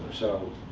so